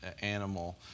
animal